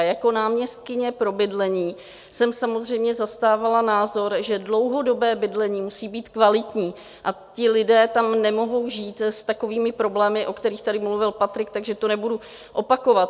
Jako náměstkyně pro bydlení jsem samozřejmě zastávala názor, že dlouhodobé bydlení musí být kvalitní a ti lidé tam nemohou žít s takovými problémy, o kterých tady mluvil Patrik, takže to nebudu opakovat.